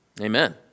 Amen